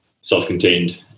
self-contained